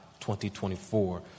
2024